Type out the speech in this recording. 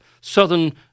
southern